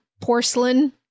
porcelain